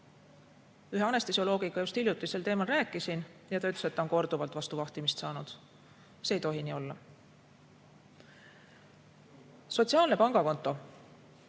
Ühe anestesioloogiga hiljuti sel teemal rääkisin ja ta ütles, et ta on korduvalt vastu vahtimist saanud. See ei tohi nii olla. Sotsiaalne pangakonto